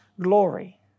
glory